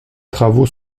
travaux